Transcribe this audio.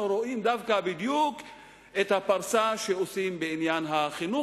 אנחנו רואים דווקא את הפרסה שעושים בעניין החינוך,